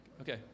Okay